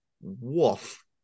Woof